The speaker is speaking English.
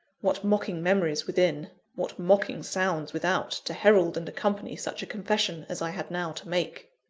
what mocking memories within, what mocking sounds without, to herald and accompany such a confession as i had now to make!